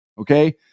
Okay